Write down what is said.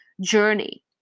journey